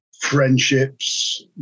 friendships